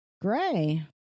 gray